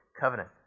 covenant